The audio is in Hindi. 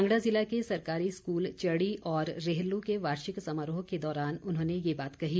कांगड़ा जिला के सरकारी स्कूल चड़ी व रेहलु के वार्षिक समारोह के दौरान उन्होंने ये बात कही